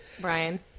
Brian